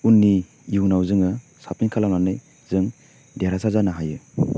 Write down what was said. उननि इयुनाव जोङो साबसिन खालामनानै जों देरहासार जानो हायो